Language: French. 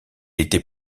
était